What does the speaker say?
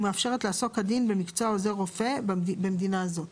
ומאפשרת לעסוק כדין במקצוע עוזר רופא במדינה זו.